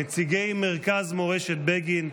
נציגי מרכז מורשת בגין,